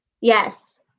Yes